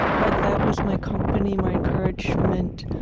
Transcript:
but that was my company, my encouragement,